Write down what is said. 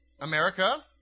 America